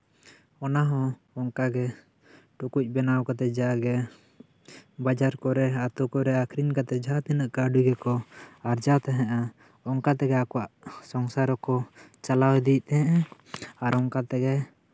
ᱚᱱᱟᱦᱚᱸ ᱚᱱᱠᱟᱜᱮ ᱴᱩᱠᱩᱡ ᱵᱮᱱᱟᱣ ᱠᱟᱛᱮᱜ ᱡᱟᱜᱮ ᱵᱟᱡᱟᱨ ᱠᱚᱨᱮ ᱟᱛᱳ ᱠᱚᱨᱮ ᱟᱠᱷᱨᱤᱧ ᱠᱟᱛᱮᱜ ᱡᱟᱦᱟᱸ ᱛᱤᱱᱟᱹᱜ ᱠᱟᱹᱣᱰᱤ ᱠᱚ ᱟᱨᱡᱟᱣ ᱛᱟᱦᱮᱸᱜᱼᱟ ᱚᱱᱠᱟ ᱛᱮᱜᱮ ᱟᱠᱚᱣᱟᱜ ᱥᱚᱝᱥᱟᱨ ᱠᱚ ᱪᱟᱞᱟᱣ ᱤᱫᱤᱭᱮᱜ ᱛᱟᱦᱮᱸᱜᱼᱟ ᱟᱨ ᱚᱱᱠᱟ ᱛᱮᱜᱮ